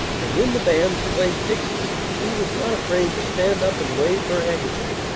and when the bands played dixie she was not afraid to stand up and wave her handkerchief.